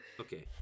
Okay